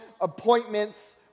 appointments